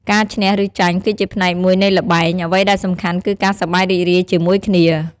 ការឈ្នះ ឬចាញ់គឺជាផ្នែកមួយនៃល្បែង អ្វីដែលសំខាន់គឺការសប្បាយរីករាយជាមួយគ្នា។